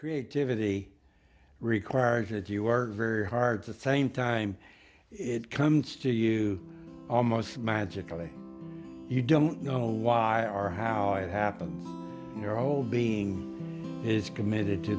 creativity requires that you work very hard to same time it comes to you almost magically you don't know why or how it happened your whole being is committed to